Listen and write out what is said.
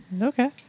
okay